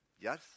Yes